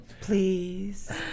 please